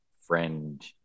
friend